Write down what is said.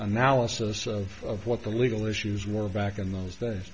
analysis of what the legal issues were back in those days